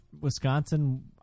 Wisconsin